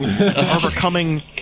overcoming